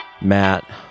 Matt